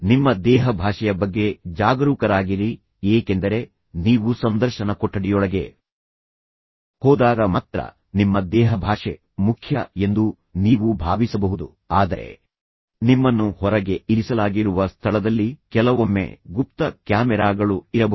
ನಿಮ್ಮ ದೇಹಭಾಷೆಯ ಬಗ್ಗೆ ಜಾಗರೂಕರಾಗಿರಿ ಏಕೆಂದರೆ ನೀವು ಸಂದರ್ಶನ ಕೊಠಡಿಯೊಳಗೆ ಹೋದಾಗ ಮಾತ್ರ ನಿಮ್ಮ ದೇಹಭಾಷೆ ಮುಖ್ಯ ಎಂದು ನೀವು ಭಾವಿಸಬಹುದು ಆದರೆ ನಿಮ್ಮನ್ನು ಹೊರಗೆ ಇರಿಸಲಾಗಿರುವ ಸ್ಥಳದಲ್ಲಿ ಕೆಲವೊಮ್ಮೆ ಗುಪ್ತ ಕ್ಯಾಮೆರಾಗಳು ಇರಬಹುದು